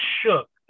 shook